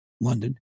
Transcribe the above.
london